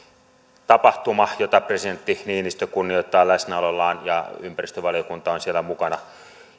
merkkitapahtuma jota presidentti niinistö kunnioittaa läsnäolollaan ja ympäristövaliokunta on siellä mukana